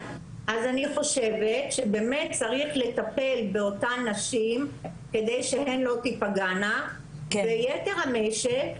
אני חושבת שצריך לטפל באותן נשים כדי שהן לא תיפגענה ויתר המשק,